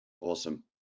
Awesome